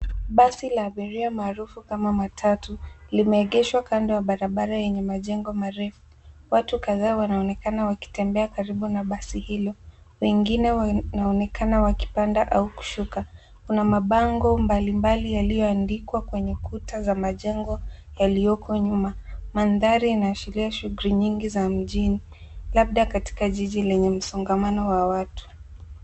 Basi la abiria maarufu kama matatu limeegeshwa kando ya barabara enye majengo marefu. Watu kadhaa wanaonekana wakitembea karibu na basi hilo, wengine wanaonekana wakipanda au kushuka. Kuna mabango mbalimbali yaliyoandikwa kwenye kuta za majengo yaliyoko nyuma. Mandhari inaashiria shughuli nyingi za mjini labda katika jiji lenye msongamano wa watu.